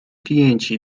klienci